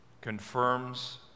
confirms